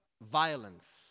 violence